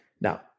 Now